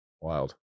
wild